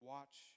Watch